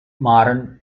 modern